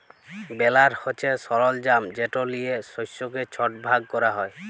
বেলার হছে সরলজাম যেট লিয়ে শস্যকে ছট ভাগ ক্যরা হ্যয়